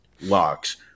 locks